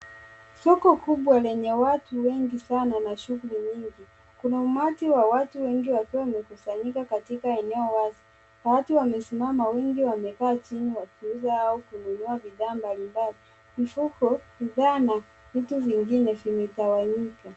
Soko kubwa lenye watu wengi sana na shughuli nyingi. Kuna umati wa watu wengi wakiwa wamekusanyika katika eneo wazi. Baadhi wamesimama. Wengi wamekaa chini wakiuza au kununua bidhaa mbalimbali. Mifuko, bidhaa na vitu vingine vimetawanyika.